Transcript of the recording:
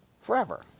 Forever